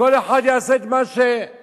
כל אחד יעשה את מה שעליו